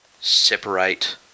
separate